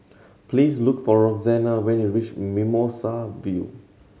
please look for Roxanna when you reach Mimosa View